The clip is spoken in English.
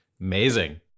Amazing